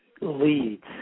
leads